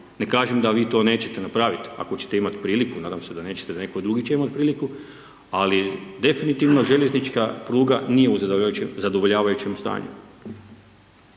Ne kažem da vi to nećete napraviti, ako ćete imati priliku, nadam se da nećete, da netko drugi će imati priliku, ako definitivno željeznička pruga nije u zadovoljavajućem stanju.